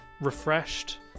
refreshed